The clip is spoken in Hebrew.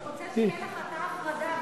הוא רוצה שיהיה לך תא הפרדה,